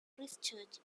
christchurch